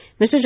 Mr